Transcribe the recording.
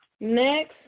Next